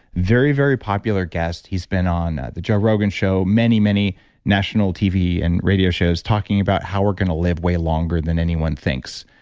very, very popular guest, he's been on the joe rogan show, many, many national tv and radio shows talking about how we're to live way longer than anyone thinks.